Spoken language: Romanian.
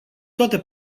toate